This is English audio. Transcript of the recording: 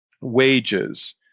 wages